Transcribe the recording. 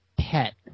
pet